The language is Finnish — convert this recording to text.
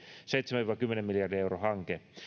seitsemän viiva kymmenen miljardin euron hanke